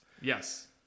yes